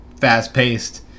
fast-paced